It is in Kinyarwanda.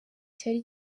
cyari